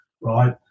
right